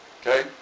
Okay